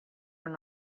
were